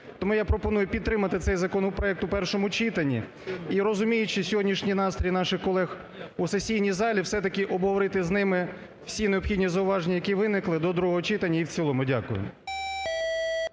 Тому я пропоную підтримати цей законопроект у першому читанні. І розуміючи сьогоднішній настрій наших колег у сесійній залі, все-таки обговорити з ними всі необхідні зауваження, які виникли, до другого читання і в цілому. Дякую.